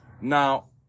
Now